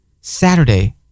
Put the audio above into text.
Saturday